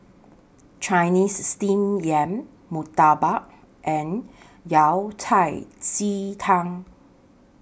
Chinese Steamed Yam Murtabak and Yao Cai Ji Tang